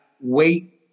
wait